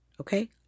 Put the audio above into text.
okay